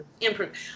Improve